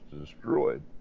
destroyed